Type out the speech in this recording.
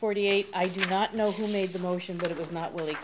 forty eight i do not know who made the motion but it was not